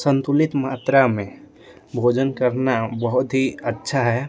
संतुलित मात्रा में भोजन करना बहुत ही अच्छा है